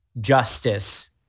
justice